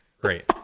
Great